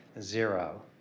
zero